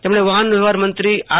તેમણે વાહનવ્યવહારમંત્રી ઓર